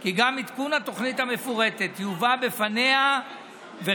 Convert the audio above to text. כי גם עדכון התוכנית המפורטת יובא בפניה בהמשך לאישורה.